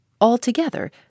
Altogether